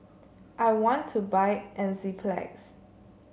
I want to buy Enzyplex